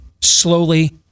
slowly